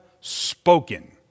spoken